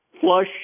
Flush